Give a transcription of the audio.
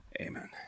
Amen